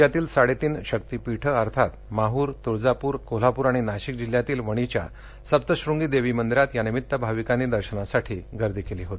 राज्यातील साडेतीन शक्तीपीठं अर्थात माहूर तुळजापूर कोल्हापूर आणि नाशिक जिल्ह्यातील वणीच्या सप्तशृंगी देवी मंदिरात यानिमित्त भाविकांनी दर्शनासाठी गर्दी केली होती